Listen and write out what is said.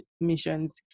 missions